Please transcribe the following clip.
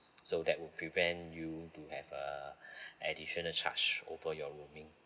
so that will prevent you to have uh additional charge over your roaming